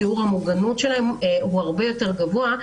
שיעור המוגנות שלהם הרבה יותר גבוה,